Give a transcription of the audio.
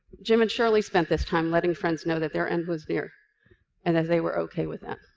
jim and shirley spent this time letting friends know that their end was near and that they were okay with that.